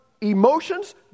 emotions